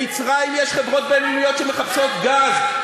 במצרים יש חברות בין-לאומיות שמחפשות גז.